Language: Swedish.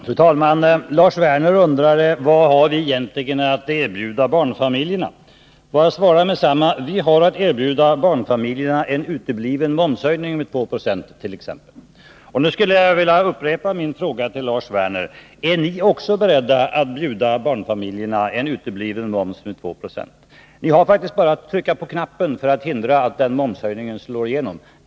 Fru talman! Lars Werner undrade vad vi egentligen har att erbjuda barnfamiljerna. Får jag svara med detsamma: Vi har att erbjuda barnfamiljerna en utebliven momshöjning med 2 90, t.ex. Och nu skulle jag vilja upprepa min fråga till Lars Werner: Är ni också beredda att erbjuda barnfamiljerna en utebliven momshöjning med 2 96? Ni har faktiskt bara att trycka på knappen för att hindra att den momshöjningen går igenom.